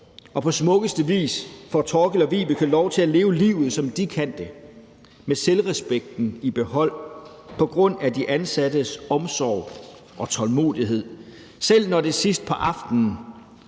og på smukkeste vis får Thorkild og Vibeke lov til at leve livet, som de kan det, med selvrespekten i behold på grund af de ansattes omsorg og tålmodighed, selv når det er sidst på aftenen